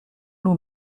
nous